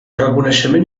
reconeixement